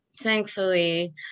thankfully